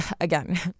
again